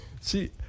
see